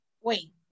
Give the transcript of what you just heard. wait